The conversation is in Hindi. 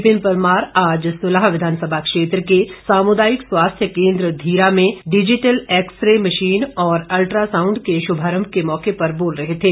विपिन परमार आज सुल्ह विधानसभा क्षेत्र के सामुदायिक स्वास्थ्य केंद्र धीरा में डिजिटल एक्सरे मशीन और अल्ट्रासांउड के शुभारंभ के मौके पर बोल रहे थे